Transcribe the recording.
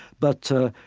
but,